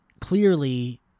clearly